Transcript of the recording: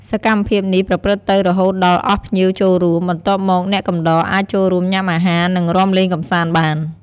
សកម្មភាពនេះប្រព្រឹត្តទៅរហូតដល់អស់ភ្ញៀវចូលរួម បន្ទាប់មកអ្នកកំដរអាចចូលរួមញុាំអាហារ និងរាំលេងកំសាន្តបាន។